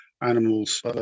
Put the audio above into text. Animals